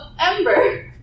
Ember